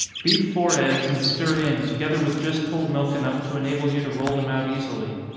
beat four eggs, and stir in, together with just cold milk enough to enable you to roll them out easily.